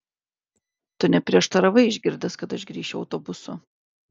tu neprieštaravai išgirdęs kad aš grįšiu autobusu